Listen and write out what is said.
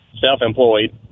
self-employed